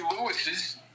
Lewis's